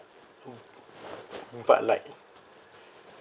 but like